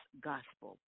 Gospel